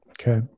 Okay